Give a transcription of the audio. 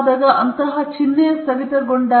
ಈಗ ಬ್ರ್ಯಾಂಡಿಂಗ್ ಇದು ಕೆಲವು ಸಮಸ್ಯೆಗಳನ್ನು ಹೊಂದಿದೆ